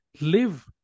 live